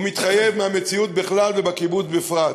הוא מתחייב מהמציאות בכלל ובקיבוץ בפרט.